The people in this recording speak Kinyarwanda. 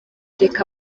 reka